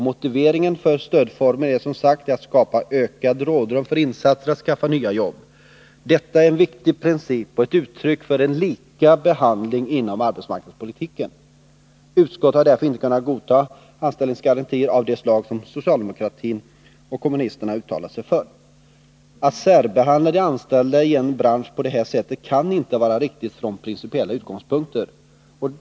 Motiveringen för stödformen är som sagt att skapa ökat rådrum för insatser att skaffa nya jobb. Detta är en viktig princip och ett uttryck för lika behandling inom arbetsmarknadspolitiken. Utskottet har därför inte kunnat godta anställningsgarantier av det slag som socialdemokraterna och kommunisterna uttalat sig för. Att särbehandla de anställda i en bransch på detta sätt kan inte vara riktigt från principiella utgångspunkter.